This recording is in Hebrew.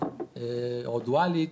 או דואלית,